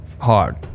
hard